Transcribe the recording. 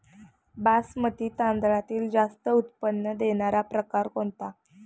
बासमती तांदळातील जास्त उत्पन्न देणारा प्रकार कोणता?